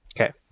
Okay